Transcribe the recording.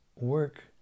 work